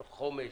תוך חומש,